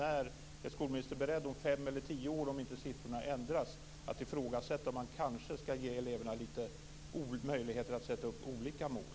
Är skolministern beredd om fem eller tio år, om inte siffrorna ändras, att kanske ge eleverna möjligheter att sätta upp olika mål?